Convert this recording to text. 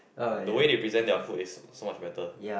the way they present their food is so much better